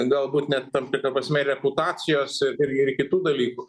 galbūt net tam tikra prasme reputacijos ir ir kitų dalykų